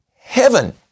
heaven